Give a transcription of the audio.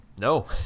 No